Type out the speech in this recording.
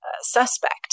suspect